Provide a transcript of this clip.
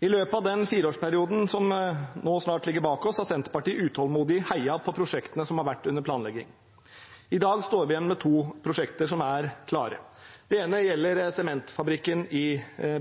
I løpet av den fireårsperioden som nå snart ligger bak oss, har Senterpartiet utålmodig heiet på prosjektene som har vært under planlegging. I dag står vi igjen med to prosjekter som er klare. Det ene gjelder sementfabrikken i